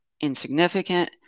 insignificant